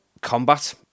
combat